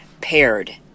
Paired